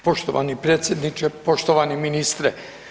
Poštovani predsjedniče, poštovani ministre.